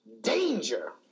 danger